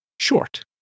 short